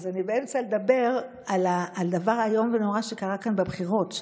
אז אני באמצע לדבר על הדבר האיום ונורא שקרה כאן בבחירות,